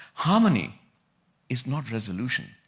harmony is not resolution.